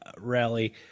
rally